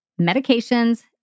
medications